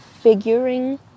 figuring